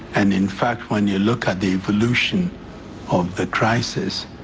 and in fact when you look at the evolution of the crisis,